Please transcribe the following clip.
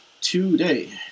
today